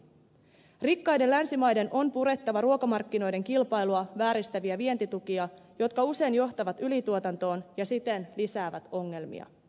rikkaiden länsimaiden on purettava ruokamarkkinoiden kilpailua vääristäviä vientitukia jotka usein johtavat ylituotantoon ja siten lisäävät ongelmia